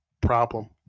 Problem